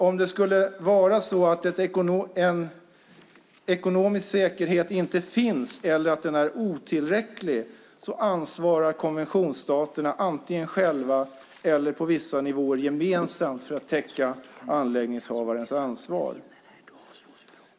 Om en ekonomisk säkerhet inte finns eller är otillräcklig ansvarar konventionsstaterna antingen själva eller på vissa nivåer gemensamt för att täcka anläggningshavarens ansvar.